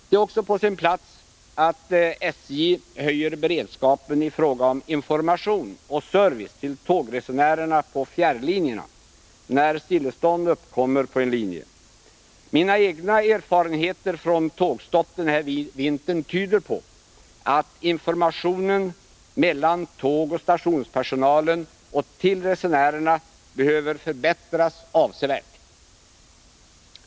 Det är också på sin plats att SJ höjer beredskapen i fråga om information och service till tågresenärerna på fjärrlinjerna, när stillestånd uppkommer på en linje. Mina egna erfarenheter från tågstopp den här vintern tyder på att informationen mellan tågoch stationspersonalen och till resenärerna behöver förbättras avsevärt.